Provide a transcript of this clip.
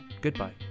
Goodbye